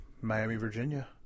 Miami-Virginia